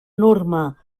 norma